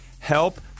help